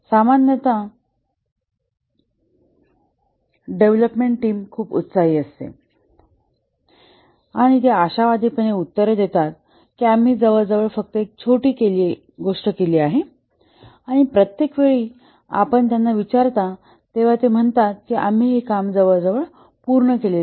सामान्यत development team खूप उत्साही असते आणि ते आशावादीपणे उत्तर देतात की आम्ही जवळजवळ फक्त एक छोटी गोष्ट केली आहे आणि प्रत्येक वेळी आपण त्यांना विचारता तेव्हा ते म्हणतात की आम्ही जवळजवळ पूर्ण केले